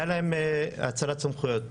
היה להן האצלת סמכויות